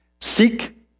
Seek